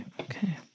Okay